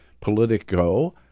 Politico